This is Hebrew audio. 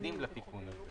מתנגדים לתיקן הזה.